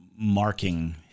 marking